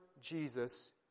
Jesus